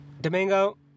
Domingo